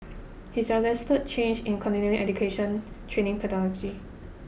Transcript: he suggested changes in continuing education training pedagogy